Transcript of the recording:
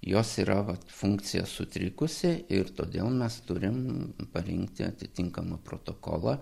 jos yra vat funkcija sutrikusi ir todėl mes turim parinkti atitinkamą protokolą